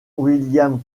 william